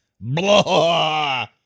Blah